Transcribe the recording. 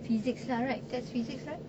physics lah right that's physics right